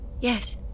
Yes